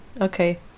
Okay